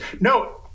no